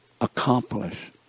accomplish